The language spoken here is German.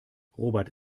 robert